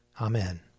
Amen